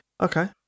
Okay